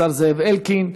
השר זאב אלקין.